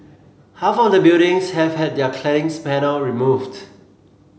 half of the buildings have had their claddings panel removed